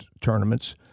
tournaments